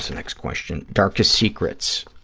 so next question. darkest secrets.